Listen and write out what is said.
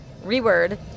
Reword